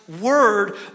word